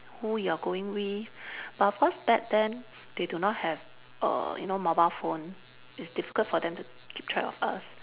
who you are going with but of course back then they do not have err you know mobile phone it's difficult for them to keep track of us